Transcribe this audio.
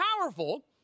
powerful